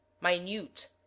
minute